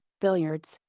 billiards